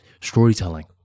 storytelling